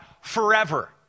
forever